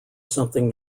something